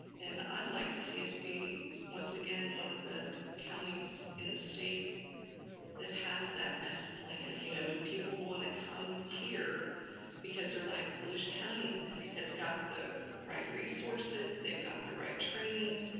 and i'd like to see us be once again one of the counties in the state that has that best plan, you know and people wanna come here because they're like, volusia county has got the right resources, they've got the right training,